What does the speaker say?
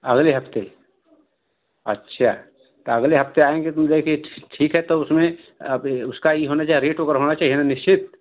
अगले हफ्ते अच्छा तो अगले हफ्ते आएंगे तो ठीक है तो उसमें अभी उसका ही होना उसका रेट होना चाहिये न निश्चित